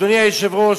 אדוני היושב-ראש,